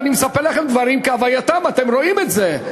אני מספר לכם דברים כהווייתם, אתם רואים את זה.